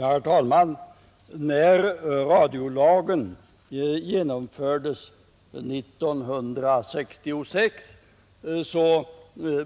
Herr talman! När radiolagen genomfördes 1966